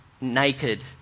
naked